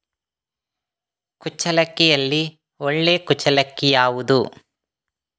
ಕುಚ್ಚಲಕ್ಕಿಯಲ್ಲಿ ಒಳ್ಳೆ ಕುಚ್ಚಲಕ್ಕಿ ಯಾವುದು?